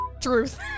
truth